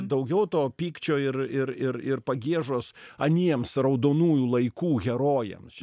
daugiau to pykčio ir ir ir ir pagiežos aniems raudonųjų laikų herojams